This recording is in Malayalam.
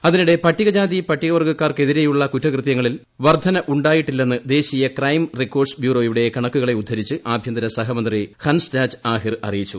അതിനിടെ പട്ടികജാതി പട്ടികവർഗ്ഗക്കാർക്കെതിരെയുള്ള കുറ്റകൃത്യങ്ങളിൽ വർദ്ധന ഉണ്ടായിട്ടില്ലെന്ന് ദേശീയ ക്രൈം റിക്കോർഡ്സ് ബ്യൂറോയുടെ കണക്കുകളെ ഉദ്ധരിച്ച് ആഭ്യന്തര സഹമന്ത്രി ഹൻസ്രാജ് ആഹിർ അറിയിച്ചു